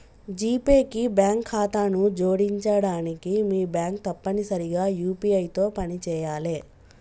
GPay కి bank ఖాతాను జోడించడానికి మీ బ్యాంక్ తప్పనిసరిగా యూ.పీ.ఐ తో పనిచేయాలే